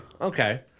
okay